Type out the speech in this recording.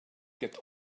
get